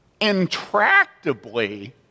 intractably